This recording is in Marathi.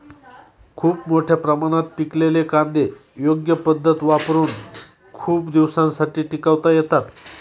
खूप मोठ्या प्रमाणात पिकलेले कांदे योग्य पद्धत वापरुन खूप दिवसांसाठी टिकवता येतात